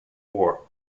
war